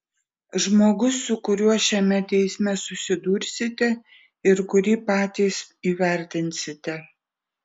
žmogus su kuriuo šiame teisme susidursite ir kurį patys įvertinsite